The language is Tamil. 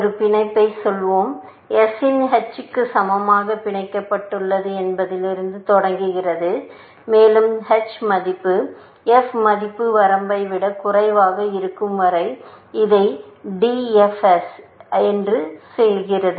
ஒரு பிணைப்பை சொல்வோம் s இன் h க்கு சமமாக பிணைக்கப்பட்டுள்ளது என்பதிலிருந்து தொடங்குகிறது மேலும் h மதிப்பு f மதிப்பு வரம்பை விட குறைவாக இருக்கும் வரை இது DFS ஐ செய்கிறது